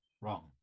Wrong